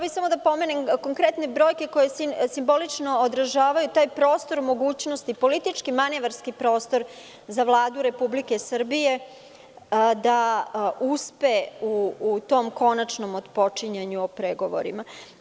Pomenula bih konkretne brojke koje simbolično odražavaju taj prostor mogućnosti, politički i manevarski, za Vladu Republike Srbije da uspe u tom konačnom otpočinjanju o pregovorima.